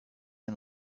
and